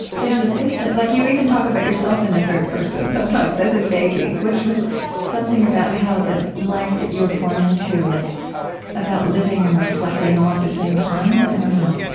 ah distance like you even talk about yourself in the third person sometimes, as a baby, which was something about how the life that you were born into was about living and reflecting, all at the same time. i don't know